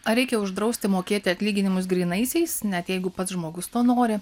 ar reikia uždrausti mokėti atlyginimus grynaisiais net jeigu pats žmogus to nori